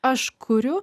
aš kuriu